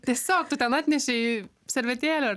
tiesiog tu ten atnešei servetėlę